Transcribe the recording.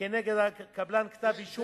כנגד הקבלן כתב אישום על ההפרה.